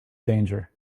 danger